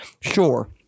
Sure